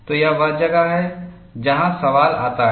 तो यह वह जगह है जहाँ सवाल आता है